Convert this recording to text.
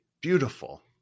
beautiful